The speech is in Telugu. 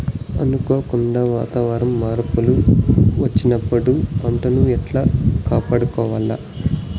అనుకోకుండా వాతావరణ మార్పులు వచ్చినప్పుడు పంటను ఎట్లా కాపాడుకోవాల్ల?